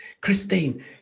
Christine